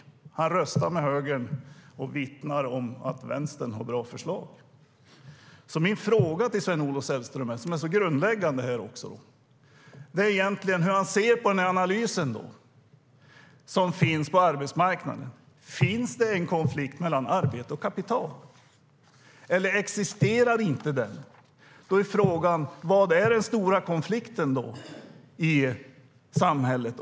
Han röstar med högern och vittnar om att vänstern har bra förslag. Min fråga, som är grundläggande, till Sven-Olof Sällström är egentligen hur han ser på den analys som finns på arbetsmarknaden. Finns det en konflikt mellan arbete och kapital, eller existerar den inte? Frågan är i så fall vad den stora konflikten i samhället är.